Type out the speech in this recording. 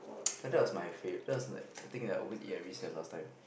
and that was my fa~ that's like the thing I always eat every recess last time